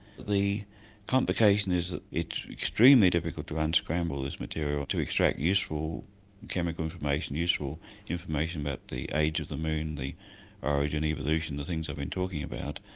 the complication is that it's extremely difficult to unscramble this material, to extract useful chemical information, useful information about the age of the moon, the origin, evolution, the things i've been talking about.